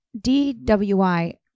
DWI